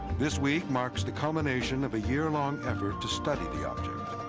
this week marks the culmination of a year-long effort to study the object.